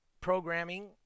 programming